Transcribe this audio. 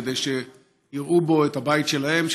כדי שיראו בו את הבית שלהם,